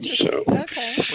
Okay